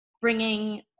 bringing